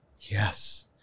yes